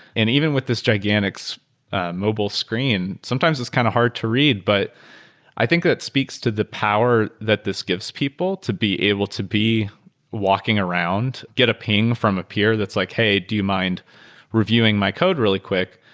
and even with this gigantic so mobile screen, sometimes it's kind of hard to read. but i think that speaks to the power that this gives people to be able to be walking around, get a ping from a peer that's like, hey, do you mind reviewing my code really quick?